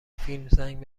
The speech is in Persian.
فیلم، زنگ